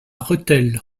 rethel